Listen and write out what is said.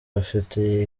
bafite